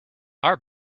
our